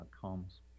comes